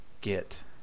get